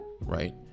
right